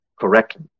correctly